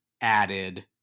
added